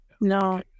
no